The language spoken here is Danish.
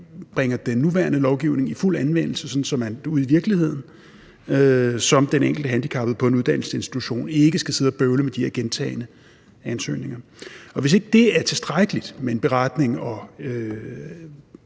bringer den nuværende lovgivning i fuld anvendelse, sådan at man ude i virkeligheden som den enkelte handicappede på en uddannelsesinstitution ikke skal sidde og bøvle med de her gentagne ansøgninger. Og hvis det ikke er tilstrækkeligt med en beretning og